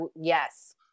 yes